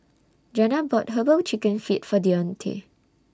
Janna bought Herbal Chicken Feet For Dionte